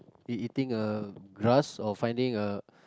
it eating a grass or finding a